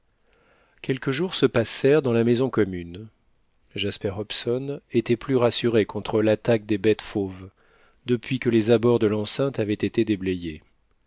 quelques jours se passèrent dans la maison commune jasper hobson était plus rassuré contre l'attaque des bêtes fauves depuis que les abords de l'enceinte avaient été déblayés